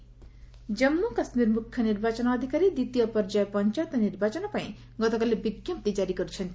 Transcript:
JK notification Jammu Kashmir ମୁଖ୍ୟ ନିର୍ବାଚନ ଅଧିକାରୀ ଦ୍ୱିତୀୟ ପର୍ଯ୍ୟାୟ ପଞ୍ଚାୟତ ନିର୍ବାଚନ ପାଇଁ ଗତକାଲି ବିଜ୍ଞପ୍ତି ଜାରି କରିଛନ୍ତି